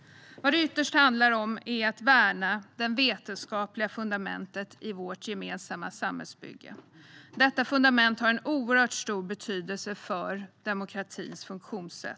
Vad det ytterst handlar om är att värna det vetenskapliga fundamentet i vårt gemensamma samhällsbygge. Detta fundament har oerhört stor betydelse för demokratins funktionssätt.